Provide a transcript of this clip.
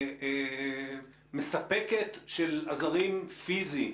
כמספקת של עזרים פיזיים.